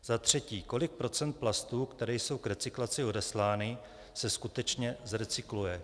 Za třetí: Kolik procent plastů, které jsou k recyklaci odeslány, se skutečně zrecykluje?